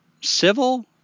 civil